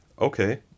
Okay